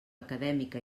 acadèmica